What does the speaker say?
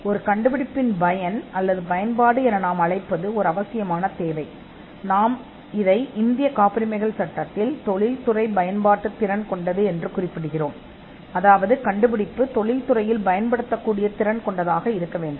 ஒரு கண்டுபிடிப்பின் பயன் அல்லது பயன்பாடு என நாம் அழைப்பது ஒரு தேவை இது இந்திய காப்புரிமைகளில் குறிப்பிடப்படுவது தொழில்துறை பயன்பாட்டு திறன் கொண்டதாக செயல்படுகிறது கண்டுபிடிப்பு தொழில்துறை பயன்பாட்டுக்கு திறன் கொண்டதாக இருக்க வேண்டும்